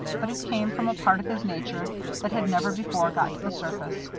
but it came from a part of his nature that had never before got to the surface.